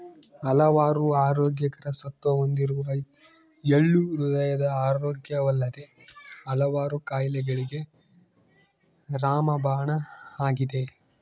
ಹಲವಾರು ಆರೋಗ್ಯಕರ ಸತ್ವ ಹೊಂದಿರುವ ಎಳ್ಳು ಹೃದಯದ ಆರೋಗ್ಯವಲ್ಲದೆ ಹಲವಾರು ಕಾಯಿಲೆಗಳಿಗೆ ರಾಮಬಾಣ ಆಗಿದೆ